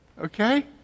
Okay